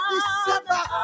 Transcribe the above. December